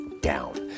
down